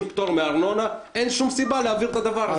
של פטור מארנונה אין שום סיבה להעביר את הדבר הזה.